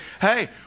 hey